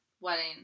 wedding